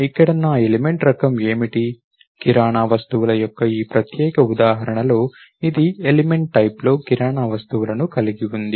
ఇక్కడ నా ఎలిమెంట్ రకం ఏమిటి కిరాణా వస్తువుల యొక్క ఈ ప్రత్యేక ఉదాహరణలో ఇది ఎలిమెంట్ టైప్ లో కిరాణా వస్తువులను కలిగి ఉంది